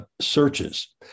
searches